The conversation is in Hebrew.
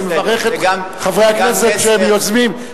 אני מברך את חברי הכנסת שהם יוזמים,